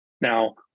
Now